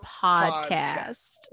podcast